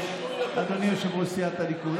אדוני יושב-ראש סיעת הליכוד,